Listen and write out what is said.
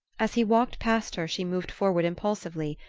as he walked past her she moved forward impulsively,